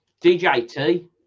DJT